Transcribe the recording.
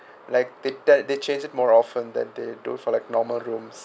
like they they change it more often than they do for like normal rooms